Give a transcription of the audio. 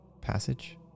passage